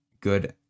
good